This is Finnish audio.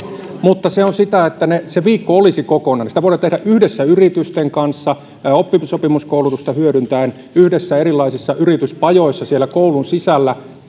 mutta se on sitä että se viikko olisi kokonainen sitä voidaan tehdä yhdessä yritysten kanssa oppisopimuskoulutusta hyödyntäen yhdessä erilaisissa yrityspajoissa siellä koulun sisällä